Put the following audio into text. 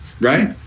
Right